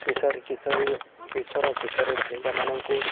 କିଶୋରୀ କିଶୋରୀ କିଶୋର କିଶୋରୀ ବାଳିକାମାନଙ୍କୁ